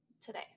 today